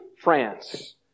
France